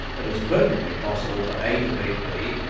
it is perfectly possible for a to beat b,